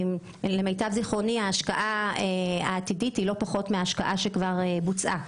למיטב זכרוני ההשקעה העתידית דומה להשקעה שכבר נעשתה.